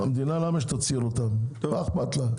המדינה, למה שתציל אותם, מה אכפת לה.